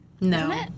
no